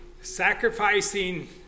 sacrificing